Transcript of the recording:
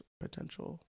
potential